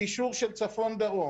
קישור של צפון-דרום,